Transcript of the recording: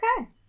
Okay